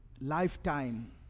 lifetime